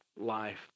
life